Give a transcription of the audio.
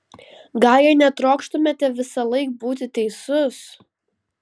gal jei netrokštumėte visąlaik būti teisus